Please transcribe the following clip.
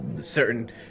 certain